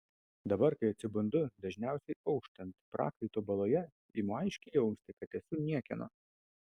dabar kai atsibundu dažniausiai auštant prakaito baloje imu aiškiai jausti kad esu niekieno